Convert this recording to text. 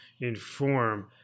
inform